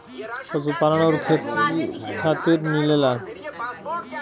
पशुपालन आउर खेती खातिर मिलेला